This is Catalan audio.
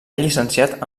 llicenciat